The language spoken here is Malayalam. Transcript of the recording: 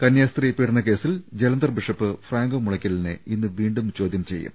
കന്യാസ്ത്രീ പീഡന കേസിൽ ജലന്ധർ ബിഷപ് ഫ്രാങ്കോ മുളയ്ക്കലിനെ ഇന്ന് വീണ്ടും ചോദ്യം ചെയ്യും